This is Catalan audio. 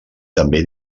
també